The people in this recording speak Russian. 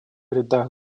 рядах